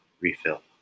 refill